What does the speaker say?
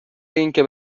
اینکه